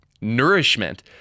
nourishment